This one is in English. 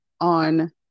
on